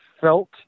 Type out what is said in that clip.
felt